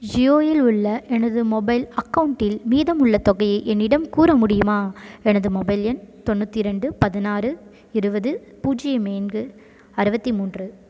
ஜியோ இல் உள்ள எனது மொபைல் அக்கவுண்ட்டில் மீதம் உள்ள தொகையை என்னிடம் கூற முடியுமா எனது மொபைல் எண் தொண்ணூற்றி ரெண்டு பதினாறு இருபது பூஜ்ஜியம் அறுபத்தி மூன்று